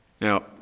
Now